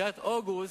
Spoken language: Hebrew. תחילת אוגוסט,